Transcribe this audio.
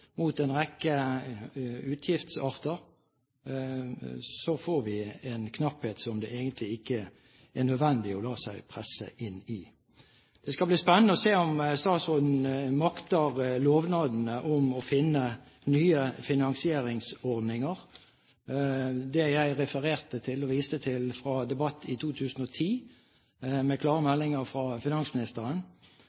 mot en rekke utgiftsarter, får vi en knapphet som det egentlig ikke er nødvendig å la seg presse inn i. Det skal bli spennende å se om statsråden makter å oppfylle lovnadene om å finne nye finansieringsordninger. Det jeg refererte til og viste til fra en debatt i 2010, med klare